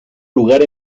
lugar